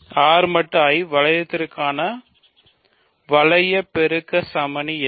R மட்டு I வளையத்திற்கான வளைய பெருக்க சமணி என்ன